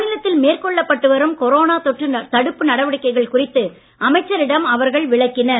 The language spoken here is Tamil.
மாநிலத்தில் மேற்கொள்ளப் பட்டு வரும் கொரோனா தொற்று தடுப்பு நடவடிக்கைகள் குறித்து அமைச்சரிடம் விளக்கினர்